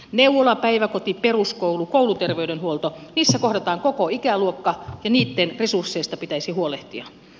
neuvola päiväkoti peruskoulu kouluterveydenhuolto niissä kohdataan koko ikäluokka ja niitten resursseista pitäisi huolehtia